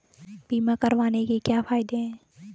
बीमा करवाने के क्या फायदे हैं?